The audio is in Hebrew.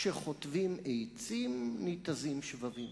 כשחוטבים עצים, ניתזים שבבים.